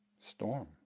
storm